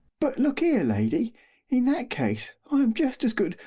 but look ere, lady in that case i am just as good,